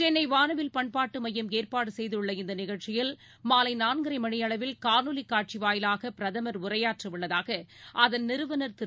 சென்னைவானவில் பண்பாட்டுமையம் ஏற்பாடுசெய்துள்ள இந்தநிகழ்ச்சியில் மாலைநான்கரைமணியளவில் காணொலிக் காட்சிவாயிவாகபிரதமர் உரையாற்றவுள்ளதாகஅதன் நிறுவனர் திரு